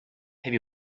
have